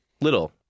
Little